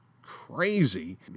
crazy